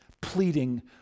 pleading